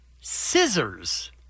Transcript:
scissors